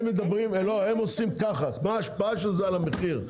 הם אומרים מה ההשפעה של זה על המחיר,